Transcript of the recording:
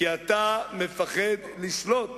כי אתה מפחד לשלוט,